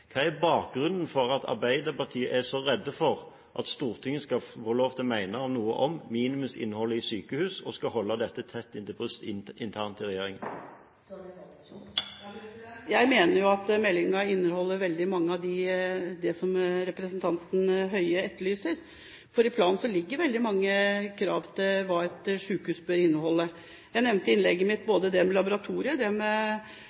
Hva er bakgrunnen for at Arbeiderpartiet er så redd for at Stortinget skal få lov til å mene noe om minimumsinnholdet i sykehus og skal holde dette tett inntil brystet internt i regjeringen? Jeg mener at meldingen inneholder veldig mye av det representanten Høie etterlyser. For i planen ligger det veldig mange krav til hva et sykehus bør inneholde. Jeg nevnte i innlegget mitt